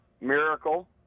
Miracle